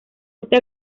este